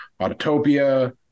autotopia